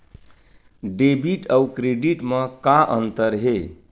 Debit अउ credit म का अंतर हे?